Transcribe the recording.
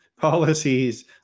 policies